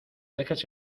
dejes